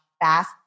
fast